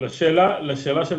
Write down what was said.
לשאלה של